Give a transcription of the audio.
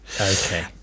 okay